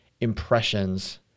impressions